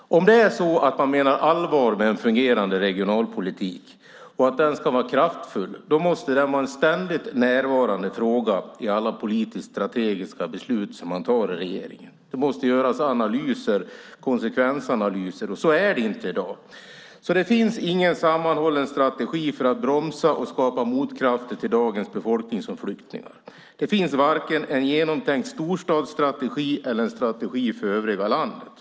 Om man menar allvar med en fungerande regionalpolitik, att den ska vara kraftfull, måste den vara en ständigt närvarande fråga i alla politiskt strategiska beslut som fattas i regeringen. Det måste göras konsekvensanalyser. Så är det inte i dag. Det finns ingen sammanhållen strategi för att bromsa och skapa motkrafter till dagens befolkning som flyttar. Det finns varken en genomtänkt storstadsstrategi eller en genomtänkt strategi för övriga landet.